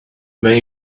when